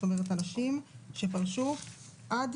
מי שיפרוש מ-1